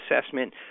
assessment